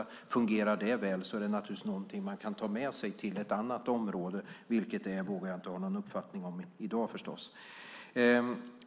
Om det fungerar väl är det naturligtvis någonting som man kan ta med sig till ett annat område. Vilket det kan vara vågar jag förstås inte ha någon uppfattning om i dag.